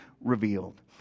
revealed